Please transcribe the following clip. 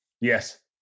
yes